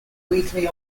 weekly